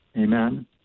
Amen